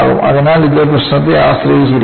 അതിനാൽ ഇത് പ്രശ്നത്തെ ആശ്രയിച്ചിരിക്കുന്നു